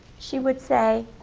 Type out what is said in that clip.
she would say,